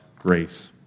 grace